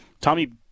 Tommy